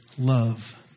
Love